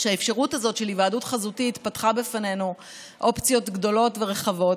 שהאפשרות הזאת של היוועדות חזותית פתחה בפנינו אופציות גדולות ורחבות,